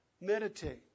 meditate